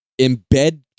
embed